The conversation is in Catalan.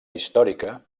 històrica